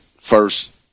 first